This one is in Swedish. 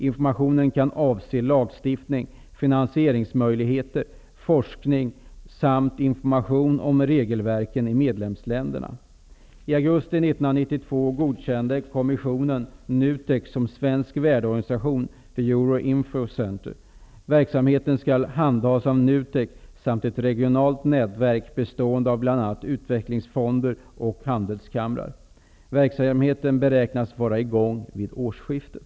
Informationen kan avse lagstiftning, finansieringsmöjligheter, forskning samt information om regelverken i medlemsländerna. Verksamheten skall handhas av NUTEK samt ett regionalt nätverk bestående av bl.a. Verksamheten beräknas vara i gång vid årsskiftet.